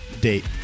date